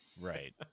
Right